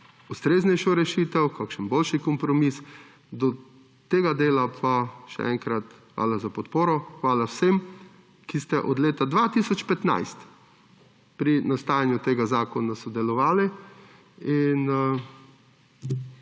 ustreznejšo rešitev, kakšen boljši kompromis; do tega dela pa še enkrat, hvala za podporo, hvala vsem, ki ste od leta 2015 pri nastajanju tega zakona sodelovali.